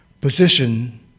position